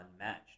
unmatched